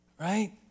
right